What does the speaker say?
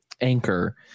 anchor